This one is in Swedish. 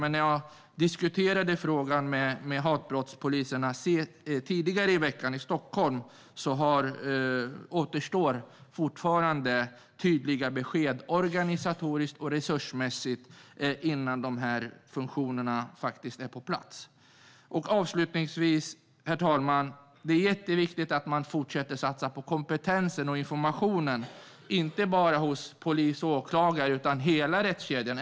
När jag diskuterade frågan med hatbrottspoliserna i Stockholm tidigare i veckan framkom dock att det fortfarande återstår tydliga besked, organisatoriskt och resursmässigt, innan funktionerna är på plats. Avslutningsvis, herr talman, är det jätteviktigt att man fortsätter att satsa på kompetens och information, inte bara hos polis och åklagare utan hos hela rättskedjan.